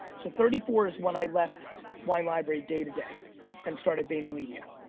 so thirty four is when i left wine library day to day and started vaynermedia.